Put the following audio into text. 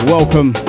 Welcome